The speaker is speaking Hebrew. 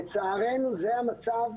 לצערנו זה המצב.